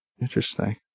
Interesting